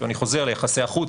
שוב אני חוזר ליחסי החוץ,